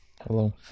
Hello